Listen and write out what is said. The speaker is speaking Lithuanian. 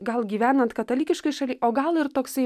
gal gyvenant katalikiškoj šaly o gal ir toksai